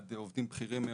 עד עובדים בכירים מאוד,